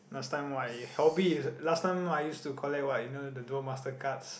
last time my hobby last time I used to collect what you know the duel-masters cards